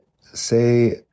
say